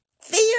fear